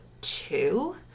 two